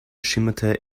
schimmerte